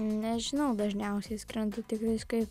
nežinau dažniausiai skrendu tiktais kai